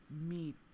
meet